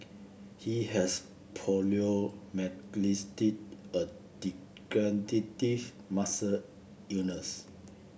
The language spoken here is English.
he has a muscle illness